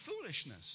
foolishness